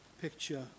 picture